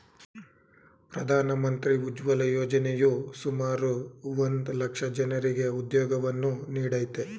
ಪ್ರಧಾನ ಮಂತ್ರಿ ಉಜ್ವಲ ಯೋಜನೆಯು ಸುಮಾರು ಒಂದ್ ಲಕ್ಷ ಜನರಿಗೆ ಉದ್ಯೋಗವನ್ನು ನೀಡಯ್ತೆ